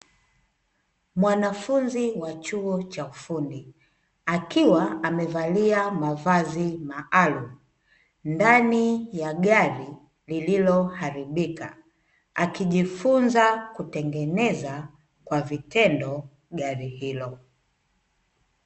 Mwanafunzi wa chuo cha ufundi, akiwa amevalia mavazi maalumu ndani ya gari lililoharibika akijifunza kutengeneza kwa vitendo gari hilo.